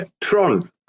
Tron